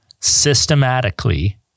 systematically